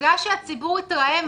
קודם להעלות,